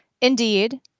indeed